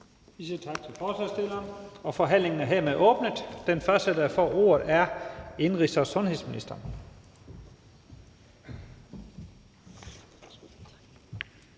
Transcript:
for forslagsstillerne. Forhandlingen er hermed åbnet. Den første, der får ordet, er indenrigs- og sundhedsministeren.